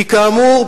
כי כאמור,